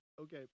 Okay